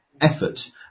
effort